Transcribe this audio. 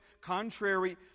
contrary